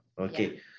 okay